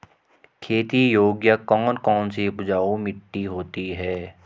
खेती योग्य कौन कौन सी उपजाऊ मिट्टी होती है?